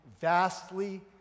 vastly